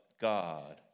God